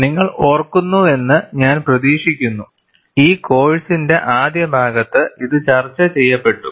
നിങ്ങൾ ഓർക്കുന്നുവെന്ന് ഞാൻ പ്രതീക്ഷിക്കുന്നു ഈ കോഴ്സിന്റെ ആദ്യഭാഗത്ത് ഇത് ചർച്ച ചെയ്യപ്പെട്ടു